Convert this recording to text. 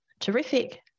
terrific